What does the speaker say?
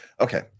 Okay